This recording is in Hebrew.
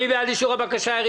מי בעד אישור הבקשה?